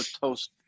toast